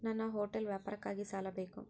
ನನ್ನ ಹೋಟೆಲ್ ವ್ಯಾಪಾರಕ್ಕಾಗಿ ಸಾಲ ಬೇಕು